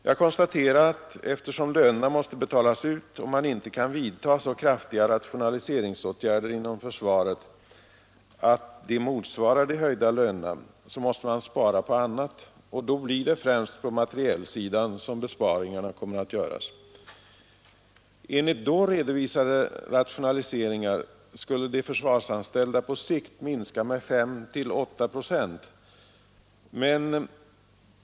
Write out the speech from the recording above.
Jag konstaterade att eftersom lönerna måste betalas ut och man inte kan vidta så kraftiga rationaliseringsåtgärder inom försvaret att de motsvarar de höjda lönerna, måste besparingar göras på annat håll; det blir då främst på materielsidan som besparingar kommer att göras. Enligt redovisade rationaliseringsförslag skulle de försvarsanställda på sikt minska med 5—8 procent.